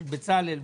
של בצלאל,